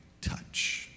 touch